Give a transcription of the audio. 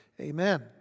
Amen